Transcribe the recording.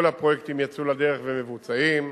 כל הפרויקטים יצאו לדרך והם מבוצעים.